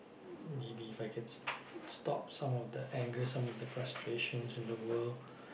maybe If I can stop some of the anger some of the frustrations in the world